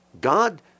God